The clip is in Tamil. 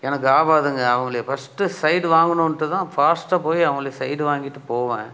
எனக்கு ஆவாதுங்க அவங்களை ஃபர்ஸ்ட்டு சைடு வாங்கணுன்ட்டு தான் ஃபாஸ்ட்டாக போய் அவங்களை சைடு வாங்கிட்டு போவேன்